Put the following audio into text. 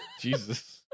Jesus